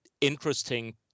interesting